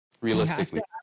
Realistically